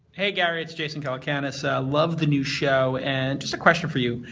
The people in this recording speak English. hey gary, it's jason calacanis. love the new show and just a question for you.